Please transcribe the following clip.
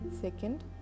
Second